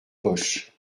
poches